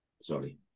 Sorry